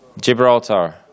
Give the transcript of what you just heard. Gibraltar